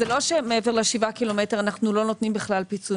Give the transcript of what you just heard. זה לא שמעבר לשבעה קילומטר אנחנו לא נותנים בכלל פיצוי.